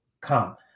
come